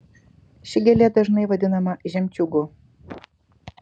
ši gėlė dažnai vadinama žemčiūgu